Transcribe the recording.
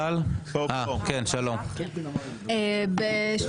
טל, בבקשה.